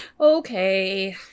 Okay